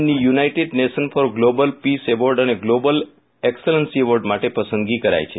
ની United Nations for global peace award અને global excellency award માટે પસંદગી કરાઈ છે